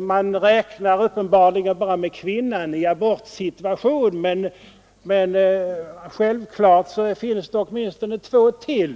Man räknar uppenbarligen bara med kvinnan i abortsituationen, men självklart finns åtminstone två parter till.